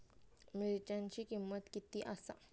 मिरच्यांची किंमत किती आसा?